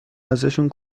ازشون